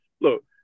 Look